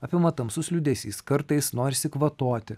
apima tamsus liūdesys kartais norisi kvatoti